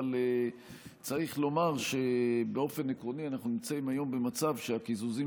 אבל צריך לומר שבאופן עקרוני אנחנו נמצאים היום במצב שהקיזוזים